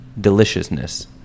deliciousness